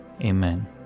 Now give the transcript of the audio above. amen